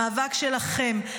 המאבק שלכם,